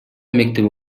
мектеп